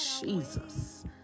Jesus